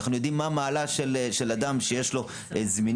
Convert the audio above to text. ואנחנו יודעים מה המעלה של אדם שיש לו זמינות